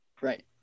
Right